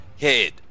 head